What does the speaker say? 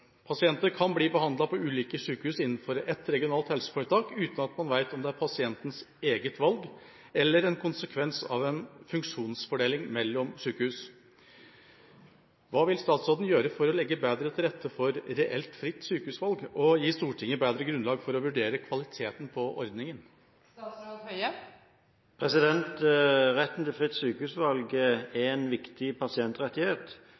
Pasienter kan bli behandlet på ulike sykehus innenfor ett regionalt helseforetak, uten at man vet om det er pasientens eget valg eller en konsekvens av en funksjonsfordeling mellom sykehus. Hva vil statsråden gjøre for å legge bedre til rette for reelt fritt sykehusvalg, og gi Stortinget bedre grunnlag for å vurdere kvaliteten på ordningen?» Retten til fritt sykehusvalg